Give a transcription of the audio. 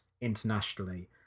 internationally